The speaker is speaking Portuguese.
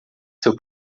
seu